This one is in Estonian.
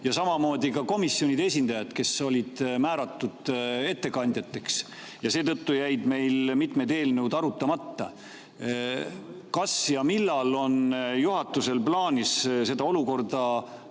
ja samamoodi ka komisjonide esindajad, kes olid määratud ettekandjateks. Seetõttu jäid meil mitmed eelnõud arutamata. Kas ja millal on juhatusel plaanis seda olukorda